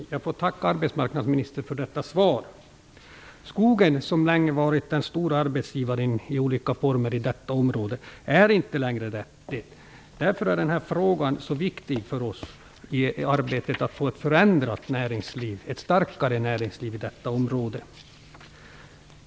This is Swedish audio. Fru talman! Jag får tacka arbetsmarknadsministern för detta svar. Skogen har i olika former länge varit den stora arbetsgivaren i detta område. Det är den inte längre. Därför är den här frågan så viktig för oss i arbetet att få ett förändrat och starkare näringsliv i detta område.